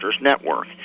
Network